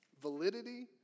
validity